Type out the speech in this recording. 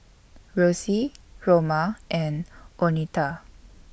Rosy Roma and Oneta